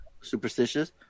Superstitious